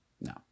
No